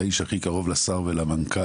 והאיש הכי קרוב לשר ולמנכ"ל,